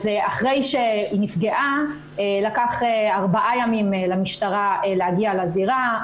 אז אחרי שהיא נפגעה לקח ארבעה ימים למשטרה להגיע לזירה,